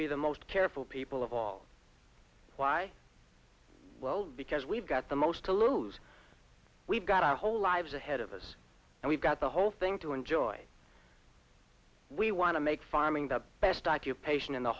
be the most careful people of all why well because we've got the most to lose we've got our whole lives ahead of us and we've got the whole thing to enjoy we want to make farming the best occupation in the